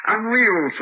Unreal